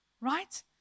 Right